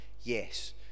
yes